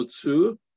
two